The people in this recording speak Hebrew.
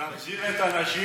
תחזיר את האנשים,